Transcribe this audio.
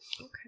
Okay